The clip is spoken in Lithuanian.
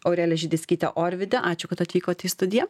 aurelija židickytė orvydė ačiū kad atvykot į studiją